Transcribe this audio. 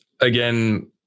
again